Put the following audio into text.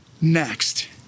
next